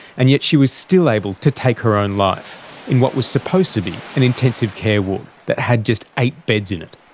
and yet she was still able to take her own life in what was supposed to be an intensive care ward that had just eight beds in it.